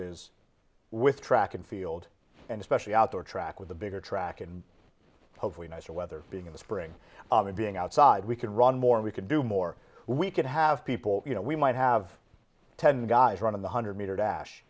is with track and field and especially outdoor track with a bigger track and hopefully nicer weather being in the spring and being outside we could run more we could do more we could have people you know we might have ten guys run in the hundred meter dash